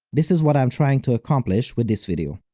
this is what i am trying to accomplish with this video.